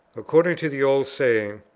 according to the old saying,